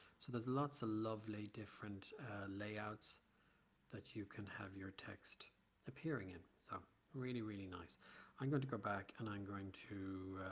so there's lots of lovely different layouts that you can have your text appearing in. so really really nice i'm going to go back and i'm going to